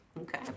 Okay